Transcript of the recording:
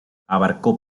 abarcó